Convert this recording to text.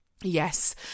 Yes